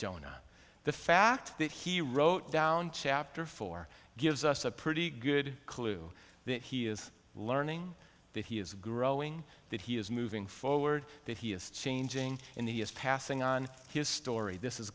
jonah the fact that he wrote down chapter four gives us a pretty good clue that he is learning that he is growing that he is moving forward that he is changing in the is passing on his story this is